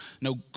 no